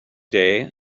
day